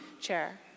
chair